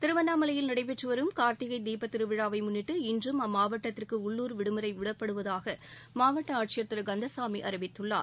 திருவண்ணாமலையில் நடைபெற்றுவரும் கார்த்திகை தீப திருவிழாவை முன்னிட்டு இன்றும் அம்மாவட்டத்திற்கு உள்ளூர் விடுமுறை விடப்படுவதாக மாவட்ட ஆட்சியர் திரு கந்தசாமி அறிவித்துள்ளார்